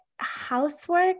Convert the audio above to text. housework